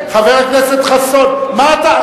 חבר הכנסת חסון, מה אתה?